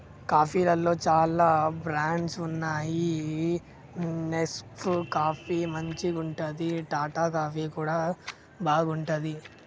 కాఫీలల్ల చాల బ్రాండ్స్ వున్నాయి నెస్కేఫ్ కాఫీ మంచిగుంటది, టాటా కాఫీ కూడా బాగుంటది